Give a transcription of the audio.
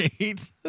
Right